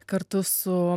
kartu su